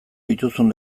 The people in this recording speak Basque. dituzun